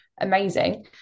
amazing